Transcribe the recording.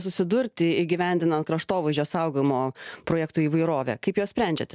susidurti įgyvendinant kraštovaizdžio saugojimo projektų įvairovę kaip juos sprendžiate